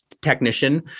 technician